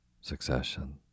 succession